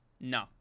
no